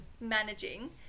managing